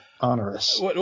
onerous